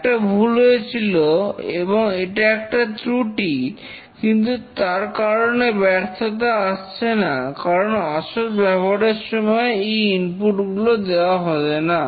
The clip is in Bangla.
একটা ভুল হয়েছিল এবং এটা একটা ত্রুটি কিন্তু তার কারণে ব্যর্থতা আসছে না কারণ আসল ব্যবহারের সময় এই ইনপুটগুলো দেওয়া হয় না